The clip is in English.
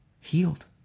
Healed